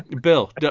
bill